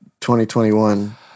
2021